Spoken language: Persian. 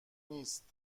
نیست